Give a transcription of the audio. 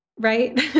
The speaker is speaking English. right